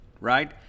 right